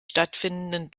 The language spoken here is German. stattfindenden